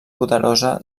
poderosa